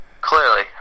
Clearly